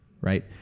Right